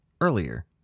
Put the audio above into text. earlier